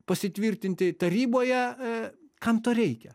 pasitvirtinti taryboje kam to reikia